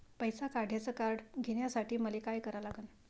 पैसा काढ्याचं कार्ड घेण्यासाठी मले काय करा लागन?